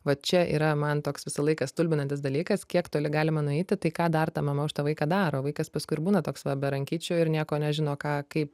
va čia yra man toks visą laiką stulbinantis dalykas kiek toli galima nueiti tai ką dar ta mama už tą vaiką daro vaikas paskui ir būna toks va be rankyčių ir nieko nežino ką kaip